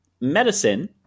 medicine